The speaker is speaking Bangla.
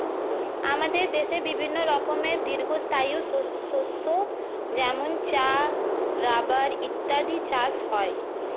আমাদের দেশে বিভিন্ন রকমের দীর্ঘস্থায়ী শস্য যেমন চা, রাবার ইত্যাদির চাষ হয়